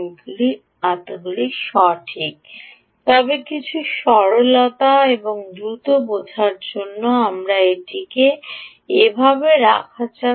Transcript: এটি সঠিক তবে কিছু সরলতা এবং দ্রুত বোঝার জন্য এটিকে এভাবে রাখা যাক